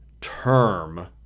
term